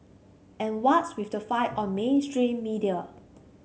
and what's with the fight on mainstream media